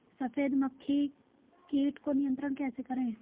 सफेद मक्खी कीट को नियंत्रण कैसे करें?